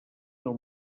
del